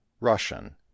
Russian